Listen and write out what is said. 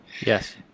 Yes